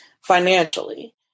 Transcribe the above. financially